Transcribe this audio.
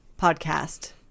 podcast